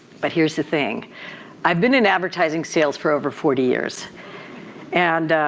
but here's the thing i've been in advertising sales for over forty years and